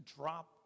drop